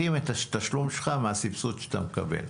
התשלום שלך מהסבסוד שאתה מקבל.